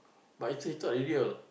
but he tho~ he thought is real